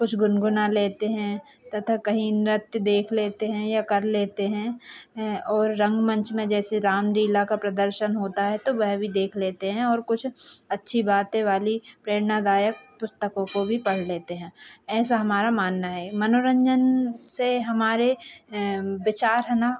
कुछ गुनगुना लेते हैं तथा कहीं नृत्य देख लेते हैं या कर लेते हैं और रंगमंच में जैसे रामलीला का प्रदर्शन होता है तो वह भी देख लेते हैं और कुछ अच्छी बातों वाली प्रेरणादायक पुस्तकों को भी पढ़ लेते हैं ऐसा हमारा मानना है मनोरन्जन से हमारे विचार हैं ना